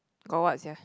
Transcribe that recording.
got what sia